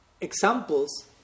examples